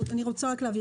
אני רוצה להבהיר,